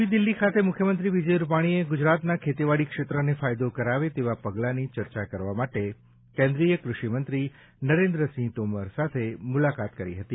નવી દિલ્હી ખાતે મુખ્યમંત્રી વિજય રૂપાણીએ ગુજરાતના ખેતીવાડી ક્ષેત્રને ફાયદો કરાવે તેવા પગલાંઓની ચર્ચા કરવા માટે કેન્દ્રીય ક્રષિમંત્રી નરેન્દ્રસિંહ તોમર સાથે મુલાકાત કરી હતી